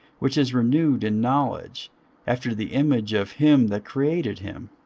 which is renewed in knowledge after the image of him that created him